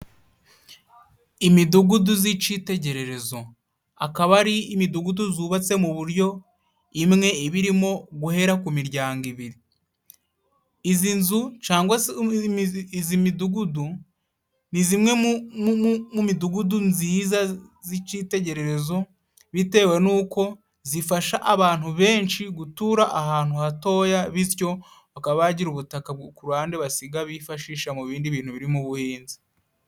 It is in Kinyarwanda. Imidugudu y'icyitegererezo akaba ari imidugudu yubatse mu buryo imwe iba irimo guhera ku miryango ebyiri, izi nzu cyangwa se iy'imidugudu ni imwe mu midugudu myiza y'icyitegererezo bitewe n'uko ifasha abantu benshi gutura ahantu hatoya, bityo bakaba bagira ubutaka ku ruhande basiga bifashisha mu bindi bintu birimo ubuhinzi.